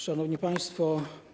Szanowni Państwo!